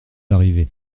arrivée